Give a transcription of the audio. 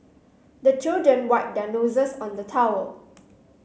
the children wipe their noses on the towel